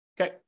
Okay